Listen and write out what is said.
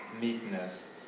meekness